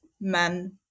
men